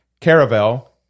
caravel